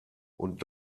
und